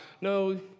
No